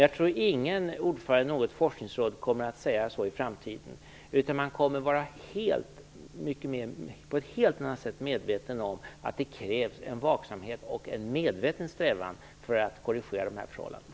Jag tror inte att någon ordförande i något forskningsråd kommer att säga så i framtiden, utan man kommer på ett helt annat sätt att vara medveten om att det krävs en vaksamhet och en medveten strävan för att korrigera de här förhållandena.